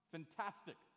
Fantastic